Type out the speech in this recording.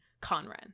Conran